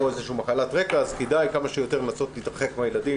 או סובל מאיזו מחלת רקע אז כדאי לנסות כמה שיותר להתרחק מהילדים,